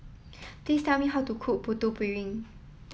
please tell me how to cook Putu Piring